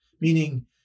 Meaning